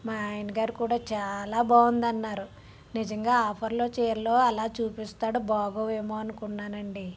మా ఆయన గారు కూడ చాలా బాగుంది అన్నారు నిజంగా ఆఫర్లో చీరలు అలా చూపిస్తాడు బాగోవేమో అనుకున్నాను అండి